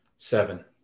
Seven